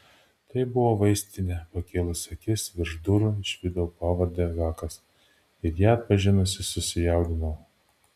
tai buvo vaistinė pakėlusi akis virš durų išvydau pavardę hakas ir ją atpažinusi susijaudinau